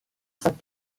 saint